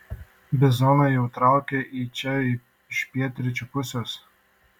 bizonai jau traukia į čia iš pietryčių pusės